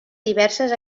diverses